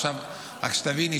רק שתביני,